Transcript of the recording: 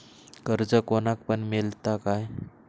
कर्ज कोणाक पण मेलता काय?